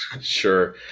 Sure